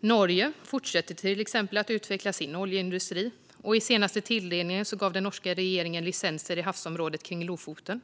Norge fortsätter till exempel att utveckla sin oljeindustri. I den senaste tilldelningen gav den norska regeringen licenser i havsområdet kring Lofoten.